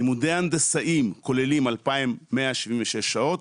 לימודי הנדסאי כוללים 2,176 שעות,